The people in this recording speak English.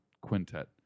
quintet